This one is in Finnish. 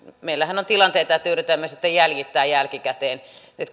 meillähän on tilanteita että yritämme sitten jäljittää jälkikäteen